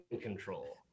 control